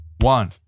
One